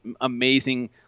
amazing